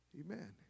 Amen